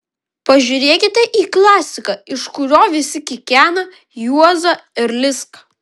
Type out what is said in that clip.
pažiūrėkite į klasiką iš kurio visi kikena juozą erlicką